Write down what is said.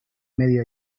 medio